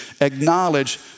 Acknowledge